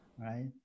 Right